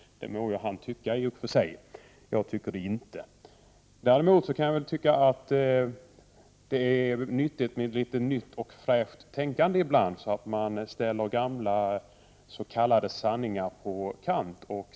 Det må han tycka i och för sig; jag tycker det inte. Däremot tycker jag att det kan vara nyttigt med litet nytt och fräscht tänkande ibland, så att man ställer gamla s.k. sanningar på kant.